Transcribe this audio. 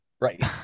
right